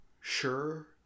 sure